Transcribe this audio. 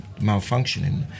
malfunctioning